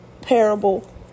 parable